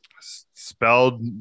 Spelled